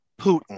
Putin